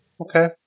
Okay